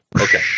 Okay